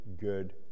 good